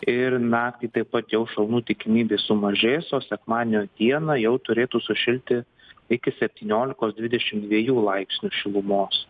ir naktį taip pat jau šalnų tikimybė sumažės o sekmadienio dieną jau turėtų sušilti iki septyniolikos dvidešimt dviejų laipsnių šilumos